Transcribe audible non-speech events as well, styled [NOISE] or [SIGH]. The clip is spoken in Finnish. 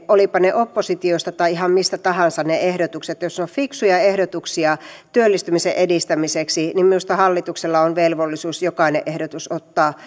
ehdotuksia olivatpa ne oppositiosta tai ihan mistä tahansa jos ne ovat fiksuja ehdotuksia työllistymisen edistämiseksi niin minusta hallituksella on velvollisuus jokainen ehdotus ottaa [UNINTELLIGIBLE]